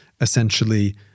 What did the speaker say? essentially